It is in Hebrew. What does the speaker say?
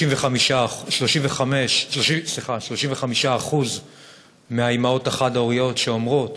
35% מהאימהות החד-הוריות אומרות